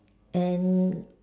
and